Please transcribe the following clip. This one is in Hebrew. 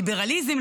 ליברליזם,